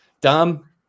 Dom